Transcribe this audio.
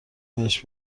بهش